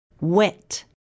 Wet